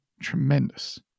Tremendous